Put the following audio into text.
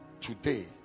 Today